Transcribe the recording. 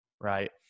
Right